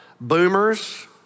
boomers